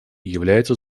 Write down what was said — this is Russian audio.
является